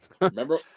Remember